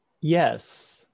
Yes